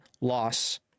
loss